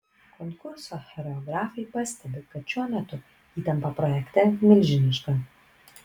konkurso choreografai pastebi kad šiuo metu įtampa projekte milžiniška